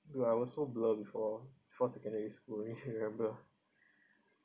dude I was so blur before before secondary school if you remember